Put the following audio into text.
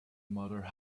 mother